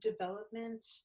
development